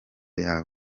yawe